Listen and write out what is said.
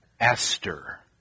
Esther